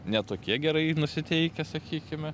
ne tokie gerai nusiteikę sakykime